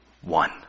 one